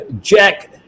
jack